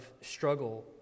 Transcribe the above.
struggle